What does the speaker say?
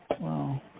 Wow